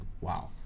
wow